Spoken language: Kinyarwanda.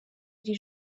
iri